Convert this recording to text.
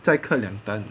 再刻两单